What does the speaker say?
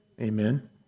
Amen